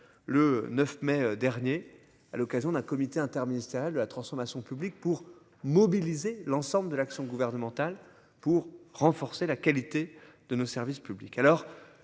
le 9 mai dernier à l'occasion d'un comité interministériel de la transformation publique pour mobiliser l'ensemble de l'action gouvernementale pour renforcer la qualité de nos services publics.